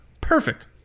perfect